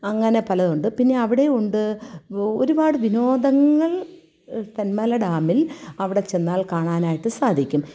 അങ്ങനെ പലതുണ്ട് പിന്നെ അവിടെയുണ്ട് ഒരുപാട് വിനോദങ്ങൾ തെന്മല ഡാമിൽ അവിടെ ചെന്നാൽ കാണാനായിട്ട് സാധിക്കും